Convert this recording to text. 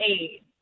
eight